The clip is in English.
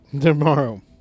Tomorrow